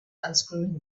unscrewing